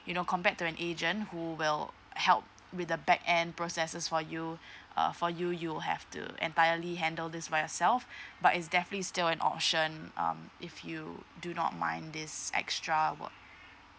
you know compared to an agent who will help with the back end processes for you uh for you you'll have to entirely handle this by yourself but is definitely still an option um if you do not mind this extra work